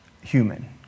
human